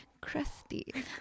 crusty